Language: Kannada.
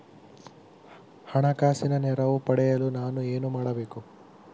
ಹಣಕಾಸಿನ ನೆರವು ಪಡೆಯಲು ನಾನು ಏನು ಮಾಡಬೇಕು?